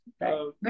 Right